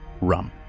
rum